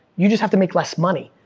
you just have to make less money.